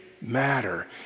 matter